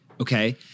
Okay